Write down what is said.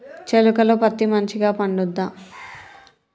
చేలుక లో పత్తి మంచిగా పండుద్దా?